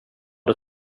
det